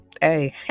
Hey